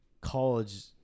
college